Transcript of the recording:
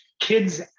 kids